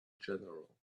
general